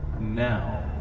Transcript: Now